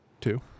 Two